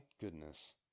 goodness